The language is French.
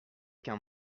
qu’un